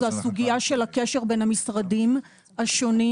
הסוגיה של הקשר בין המשרדים השונים.